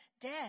Death